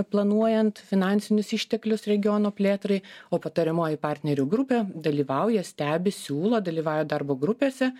planuojant finansinius išteklius regiono plėtrai o patariamoji partnerių grupė dalyvauja stebi siūlo dalyvauja darbo grupėse